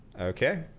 Okay